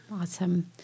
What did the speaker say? Awesome